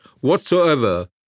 whatsoever